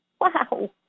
Wow